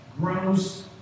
grows